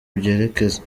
byerekeza